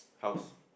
house